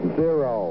zero